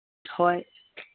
ꯍꯣꯏ